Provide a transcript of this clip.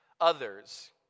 others